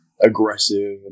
aggressive